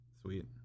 Sweet